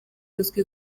ruswa